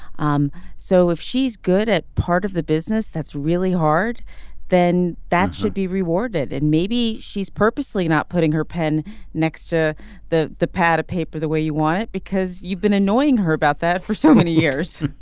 um so if she's good at part of the business that's really hard then that should be rewarded. and maybe she's purposely not putting her pen next to the the pad of paper the way you want it because you've been annoying her about that for so many years.